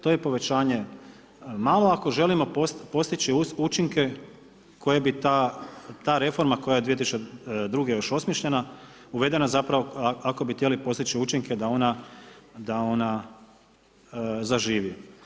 To je povećanje malo ako želimo postići učinke koje bi ta reforma koja je 2002. još osmišljena uvedena zapravo ako bi htjeli postići učinke da ona da ona zaživi.